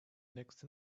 next